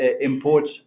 imports